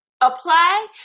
apply